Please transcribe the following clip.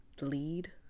lead